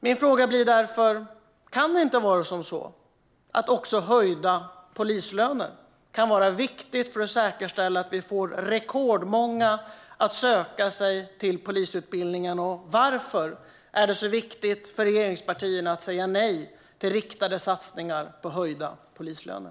Min fråga blir därför: Kan inte höjda polislöner vara viktigt för att säkerställa att vi får rekordmånga att söka sig till polisutbildningen? Och varför är det så viktigt för regeringspartierna att säga nej till riktade satsningar på höjda polislöner?